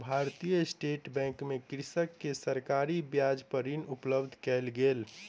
भारतीय state bank मे कृषक के सरकारी ब्याज पर ऋण उपलब्ध कयल गेल